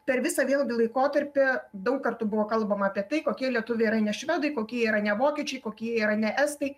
per visą vėlgi laikotarpį daug kartų buvo kalbama apie tai kokie lietuviai yra ne švedai kokie yra ne vokiečiai kokie yra ne estai